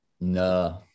No